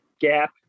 gap